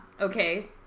Okay